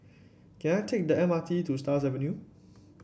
can I take the M R T to Stars Avenue